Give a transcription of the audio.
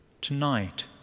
tonight